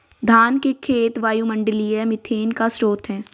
धान के खेत वायुमंडलीय मीथेन का स्रोत हैं